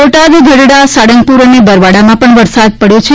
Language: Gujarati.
બોટાદ ગઢડા સાર્ળંગપુર અને બરવાળામાં પણ વરસાદ પડ્યો હતો